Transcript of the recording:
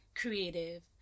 creative